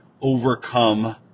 overcome